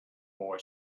boy